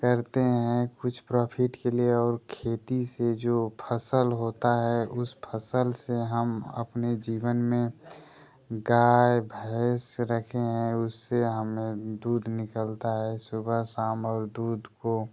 करते हैं कुछ प्रॉफिट के लिए और खेती से जो फ़स्ल होता है उस फ़स्ल से हम अपने जीवन में गाय भैंस रखे हैं उससे हमें दूध निकलता है सुबह शाम और दूध को